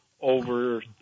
over